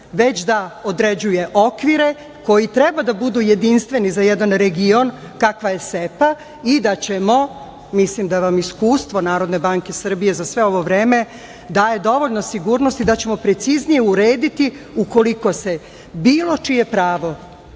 već da određuje okvire koji treba da budu jedinstveni za jedan region kakva je SEPA i da ćemo, mislim da vam iskustvo Narodne banke Srbije za sve ovo vreme daje dovoljno sigurnosti da ćemo preciznije urediti ukoliko se bilo čije pravo